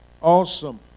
Awesome